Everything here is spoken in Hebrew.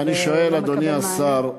ואני שואל, אדוני השר,